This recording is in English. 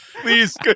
Please